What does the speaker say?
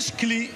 יש כלי.